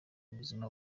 ubuzima